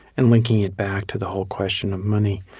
and linking it back to the whole question of money.